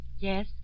Yes